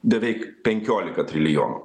beveik penkiolika trilijonų